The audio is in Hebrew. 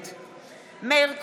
נגד מאיר כהן,